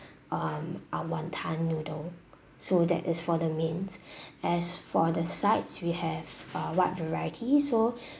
um our wanton noodle so that is for the mains as for the sides we have a wide variety so